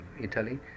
Italy